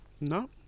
No